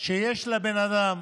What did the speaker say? שיש לבן אדם